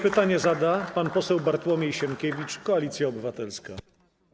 Pytanie zada pan poseł Bartłomiej Sienkiewicz, Koalicja Obywatelska.